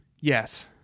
Yes